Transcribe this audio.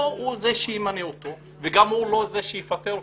לא הוא זה שימנה אותו והוא גם לא זה שיפטר אותו.